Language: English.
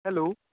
hello